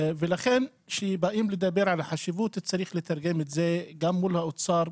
לכן כשבאים לדבר על החשיבות צריך לתרגם את זה גם מול האוצר,